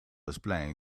explain